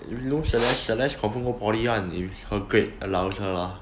you know celeste celeste confirm go poly if her grade allows her lah